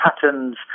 patterns